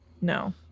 No